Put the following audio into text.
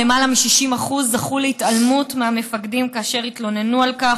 למעלה מ-60% "זכו" להתעלמות מהמפקדים כאשר התלוננו על כך,